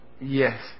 yes